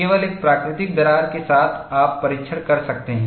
केवल एक प्राकृतिक दरार के साथ आप परीक्षण कर सकते हैं